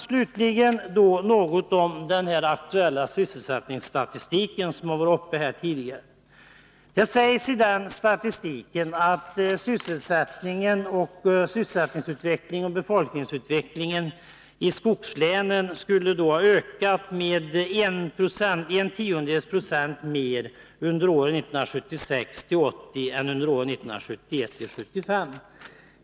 Slutligen något om den aktuella sysselsättningsstatistiken, som tidigare har tagits upp. Det sägs i den statistiken att sysselsättningstillfällen och befolkning i skogslänen skulle ha ökat med en tiondels procent mer under åren 1976-1980 än under åren 1971-1975.